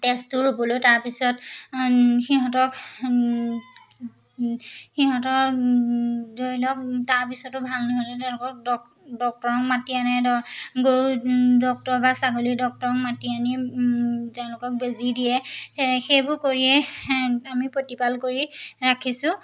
তেজটো ৰ'বলৈ তাৰপিছত সিহঁতক সিহঁতৰ ধৰি লওক তাৰপিছতো ভাল নহ'লে তেওঁলোকক ডক ডক্টৰক মাতি আনে ধৰ গৰু ডক্টৰ বা ছাগলী ডক্টৰক মাতি আনি তেওঁলোকক বেজি দিয়ে সে সেইবোৰ কৰিয়ে আমি প্ৰতিপাল কৰি ৰাখিছোঁ